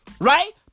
Right